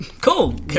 cool